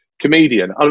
comedian